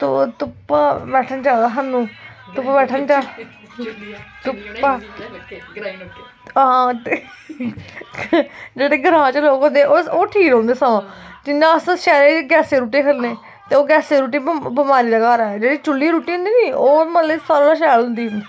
धुप्पा बैठना चाहिदा धुप्पा बैठना चाही धुप्पा हां ते जेह्ड़ा ग्रांऽ च लोग होंदे ओह् ठीक रौंह्दे सगों जियां अस शैह्रें च गैस्से दी रुट्टी खन्ने ते ओह् गैसें दी रुट्टी बमारियें दा घर ऐ जेह्ड़ी चुल्ली दी रुट्टी होंदी नी ओह् मतलब कि सारें कोला शैल होंदी